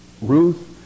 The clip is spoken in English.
Ruth